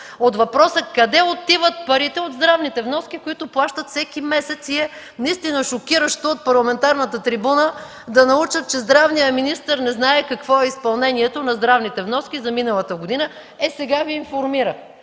от въпроса: къде отиват парите от здравните вноски, които плащат всеки месец? Наистина е шокиращо от парламентарната трибуна да науча, че здравният министър не знае какво е изпълнението на здравните вноски за миналата година. Е, сега Ви информирах!